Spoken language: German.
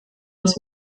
das